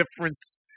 difference